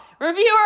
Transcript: reviewer